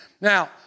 Now